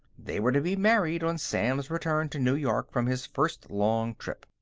they were to be married on sam's return to new york from his first long trip.